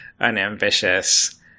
unambitious